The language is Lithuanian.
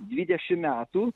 dvidešimt metų